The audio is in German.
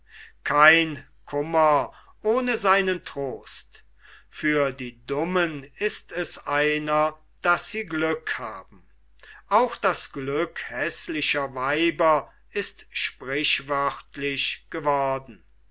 kein kummer ohne seinen trost für die dummen ist es einer daß sie glück haben auch das glück häßlicher weiber ist sprichwörtlich geworden